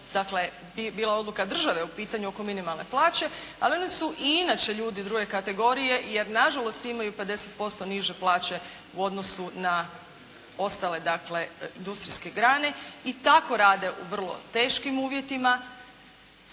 dakle bila odluka države u pitanju oko minimalne plaće ali oni su i inače ljudi druge kategorije jer nažalost imaju 50% niže plaće u odnosu na ostale dakle industrijske grane i tako rade u vrlo teškim uvjetima